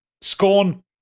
Scorn